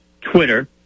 Twitter